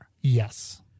Yes